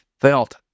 felt